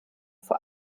vor